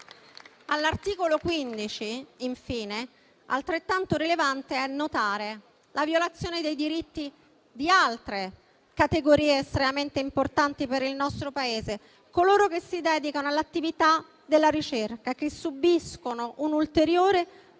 All'articolo 15, infine, altrettanto rilevante è notare la violazione dei diritti di altre categorie estremamente importanti per il nostro Paese: coloro che si dedicano all'attività della ricerca subiscono un'ulteriore